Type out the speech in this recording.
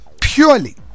Purely